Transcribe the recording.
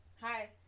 Hi